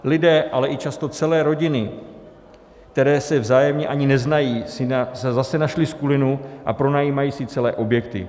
Lidé, ale často i celé rodiny, které se vzájemně neznají, si zase našli skulinu a pronajímají si celé objekty.